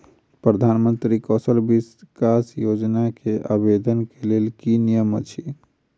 प्रधानमंत्री कौशल विकास योजना केँ आवेदन केँ लेल की नियम अछि?